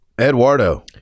eduardo